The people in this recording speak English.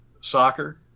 soccer